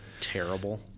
terrible